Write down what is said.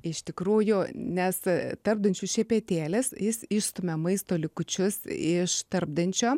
iš tikrųjų nes tarpdančių šepetėlis jis išstumia maisto likučius iš tarpdančio